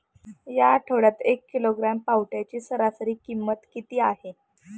या आठवड्यात एक किलोग्रॅम पावट्याची सरासरी किंमत किती आहे?